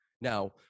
now